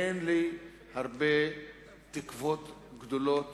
אין לי תקוות גדולות